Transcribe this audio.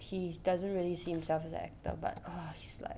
he doesn't really see himself as an actor but ah he's like